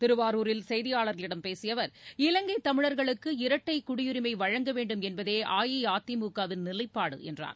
திருவாரூரில் செய்தியாளர்களிடம் பேசிய அவர் இலங்கை தமிழர்களுக்கு இரட்டை குடியுரிமை வழங்க வேண்டும் என்பதே அஇஅதிமுகவின் நிலைப்பாடு என்றார்